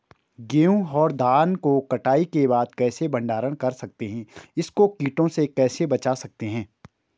गेहूँ और धान को कटाई के बाद कैसे भंडारण कर सकते हैं इसको कीटों से कैसे बचा सकते हैं?